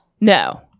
No